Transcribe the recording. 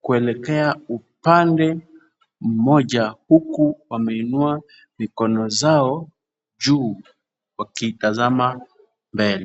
kuelekea upande mmoja huku wameinua mikono zao juu wakitazama mbele.